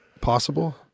possible